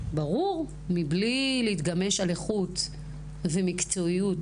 ברור שמבלי להתגמש על איכות ומקצועיות